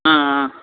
ஆ ஆ